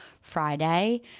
Friday